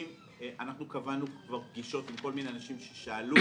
אנחנו קבענו כבר פגישות עם כל מיני אנשים ששאלו,